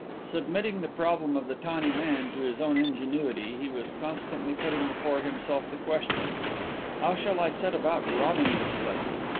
submitting the problem of the tawny man to his own ingenuity, he was constantly putting before himself the question how shall i set about robbing this place?